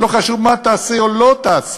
לא חשוב מה תעשה או לא תעשה,